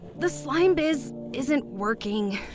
the slime biz isn't working.